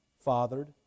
fathered